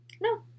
No